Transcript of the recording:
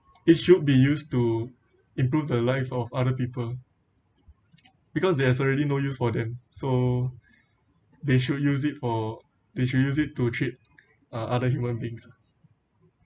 it should be used to improve the life of other people because there's already no use for them so they should use it for they should use it to treat uh other human beings